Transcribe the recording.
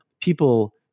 people